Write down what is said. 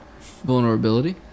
Vulnerability